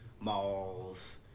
malls